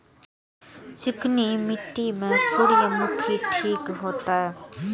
चिकनी मिट्टी में सूर्यमुखी ठीक होते?